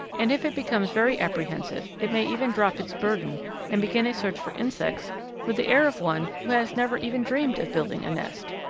and if it becomes very apprehensive it may even drop its burden and begin a search for insects with the air of one who had never even dreamed of building a nest.